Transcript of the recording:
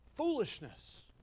foolishness